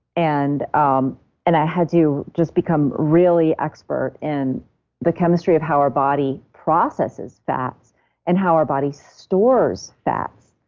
and um and i had you just become really expert in the chemistry of how our body processes fats and how our body stores fat.